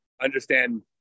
understand